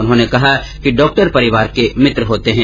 उन्होंने कहा कि डॉक्टर परिवार के मित्र होते है